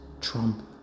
Trump